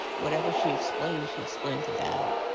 whatever she explained, she explained to dad.